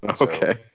Okay